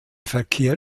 verkehr